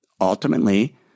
ultimately